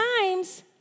times